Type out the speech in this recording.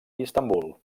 istanbul